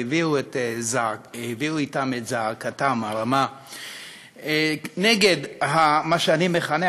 והביאו אתם את זעקתם הרמה נגד מה שאני מכנה,